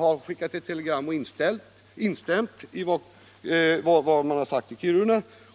har skickat ett telegram och instämt i vad man har sagt i Kiruna.